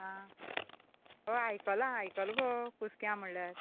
आं हय आयकला आयकला गो कुस्क्या म्हणल्यार